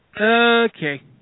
Okay